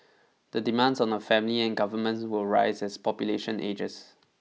the demands on a family and governments will rise as population ages